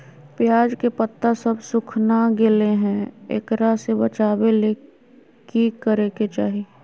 प्याज के पत्ता सब सुखना गेलै हैं, एकरा से बचाबे ले की करेके चाही?